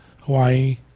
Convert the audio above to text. Hawaii